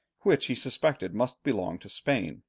which he suspected must belong to spain